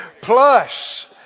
Plus